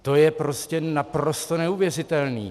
To je prostě naprosto neuvěřitelné!